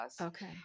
Okay